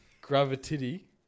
Gravity